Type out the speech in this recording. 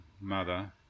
mother